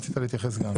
רצית להתייחס גם.